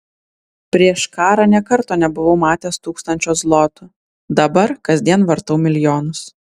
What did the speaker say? prieš karą nė karto nebuvau matęs tūkstančio zlotų dabar kasdien vartau milijonus